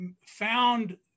Found